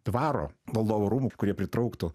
dvaro valdovų rūmų kurie pritrauktų